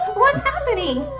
what's happening?